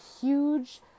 huge